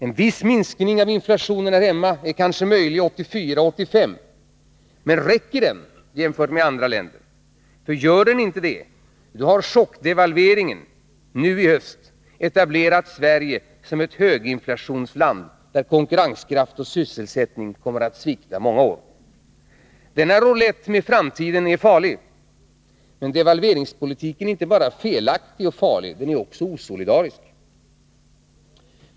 En viss minskning av inflationen här hemma är kanske möjlig 1984 och 1985, men räcker den jämfört med andra länder? Gör den inte det, har chockdevalveringen nu i höst etablerat Sverige som ett höginflationsland, där konkurrenskraft och sysselsättning kommer att svikta i många år. Denna roulett med vår framtid är farlig. Men devalveringspolitiken är inte bara felaktig och farlig. Den är också osolidarisk.